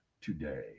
today